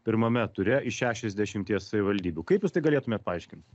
pirmame ture iš šešiasdešimties savivaldybių kaip jūs tai galėtumėt paaiškint